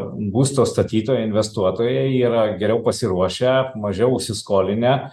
būsto statytojai investuotojai yra geriau pasiruošę mažiau įsiskolinę